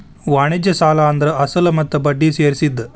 ವಾಣಿಜ್ಯ ಸಾಲ ಅಂದ್ರ ಅಸಲ ಮತ್ತ ಬಡ್ಡಿ ಸೇರ್ಸಿದ್